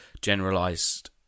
generalized